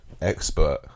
expert